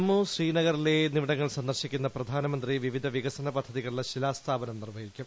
ജമ്മു ശ്രീനഗർ ലേ എന്നിപിട്ടങ്ങൾ സന്ദർശിക്കുന്ന പ്രധാനമന്ത്രി വിവിധ വികസന പദ്ധതികളുടെ ശിലാസ്ഥാപനവും നടത്തും